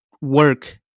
work